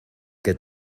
que